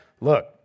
look